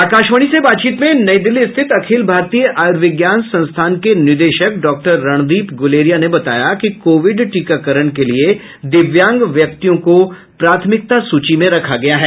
आकाशवाणी से बातचीत में नई दिल्ली स्थित अखिल भारतीय आयुर्विज्ञान संस्थान के निदेशक डॉक्टर रणदीप गुलेरिया ने बताया कि कोविड टीकाकरण के लिए दिव्यांग व्यक्तियों को प्राथमिकता सूची में रखा गया है